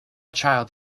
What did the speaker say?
child